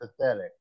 pathetic